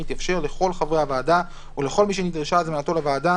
יתאפשר לכל חברי הוועדה ולכל מי שנדרשה הזמנתו לוועדה